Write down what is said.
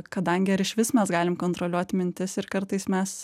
kadangi ar išvis mes galim kontroliuot mintis ir kartais mes